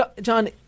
John